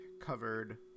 covered